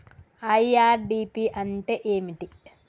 IRDP అంటే ఏమిటి?